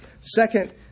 Second